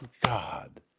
God